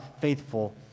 faithful